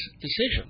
decision